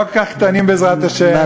הם לא כל כך קטנים, בעזרת השם.